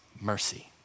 mercy